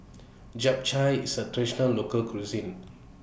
Japchae IS A Traditional Local Cuisine